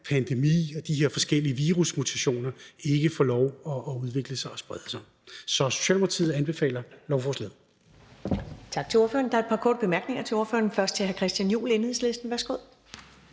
her pandemi og de her forskellige virusmutationer ikke får lov at udvikle sig og sprede sig. Så Socialdemokratiet anbefaler lovforslaget.